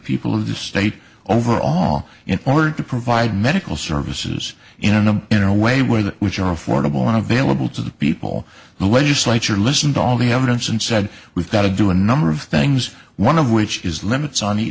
people of the state overall in order to provide medical services in a in a way where the which are affordable and available to the people the legislature listened to all the evidence and said we've got to do a number of things one of which is limits